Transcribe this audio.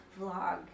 vlog